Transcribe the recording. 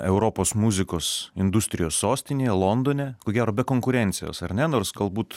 europos muzikos industrijos sostinėje londone ko gero be konkurencijos ar ne nors galbūt